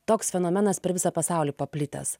toks fenomenas per visą pasaulį paplitęs